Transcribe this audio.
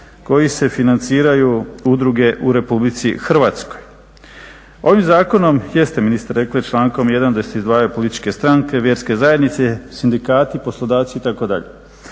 kojim se financiraju udruge u RH. Ovim zakonom jeste ministre rekli, člankom 1. da se izdvajaju političke stranke, vjerske zajednice, sindikati, poslodavci, itd.